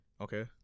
Okay